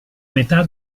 metà